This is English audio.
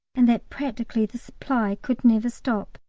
and that practically the supply could never stop.